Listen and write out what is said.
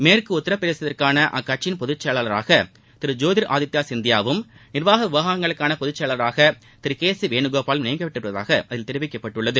மேற்கு உத்தரப்பிரதேசத்திற்கான அக்கட்சியின் பொதுச்செயலாளராக திரு ஜோதிர் ஆதித்யா சிந்தியாவும் நிர்வாக விவகாரங்களுக்கான பொதுச்செயராளராக திரு கே சி நியமிக்கப்பட்டுள்ளதாக அதில் குறிப்பிடப்பட்டுள்ளது